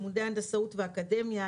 לימודי הנדסאות ואקדמיה,